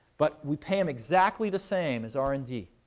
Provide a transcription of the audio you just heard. but we pay him exactly the same as r and d,